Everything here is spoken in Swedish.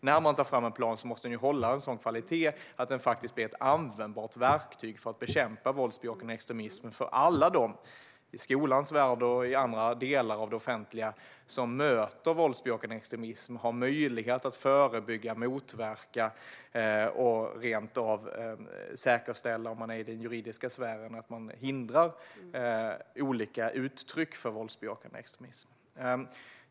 När man tar fram en plan måste den hålla en sådan kvalitet att den blir ett användbart verktyg för att bekämpa våldsbejakande extremism för alla, i skolans värld och i andra delar av det offentliga, som möter våldsbejakande extremism och har möjlighet att förebygga, motverka och, om man är i den juridiska sfären, hindra olika uttryck för våldsbejakande extremism.